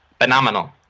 Phenomenal